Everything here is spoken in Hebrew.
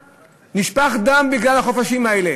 נשפך דם בגלל החופשות האלה.